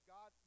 God